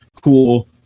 Cool